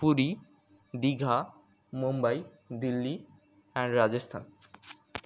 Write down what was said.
Puri Digha Mumbai Delhi and Rajasthan